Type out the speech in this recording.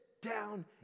down